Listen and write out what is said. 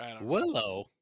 Willow